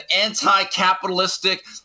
anti-capitalistic